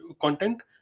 content